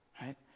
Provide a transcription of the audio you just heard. Right